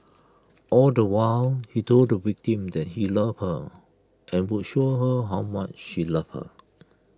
all the while he told the victim that he loved her and would show her how much he loved her